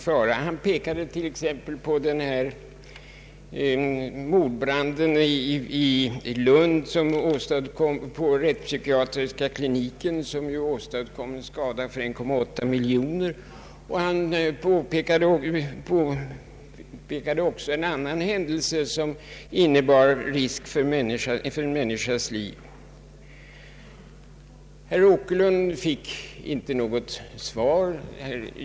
Herr Åkerlund nämnde t.ex. mordbranden på rättspsykiatriska kliniken i Lund som åstadkom skador för 1,8 miljoner kronor. Han pekade också på en annan händelse som hade inneburit risk för en människas liv. Herr Åkerlund fick inte något svar.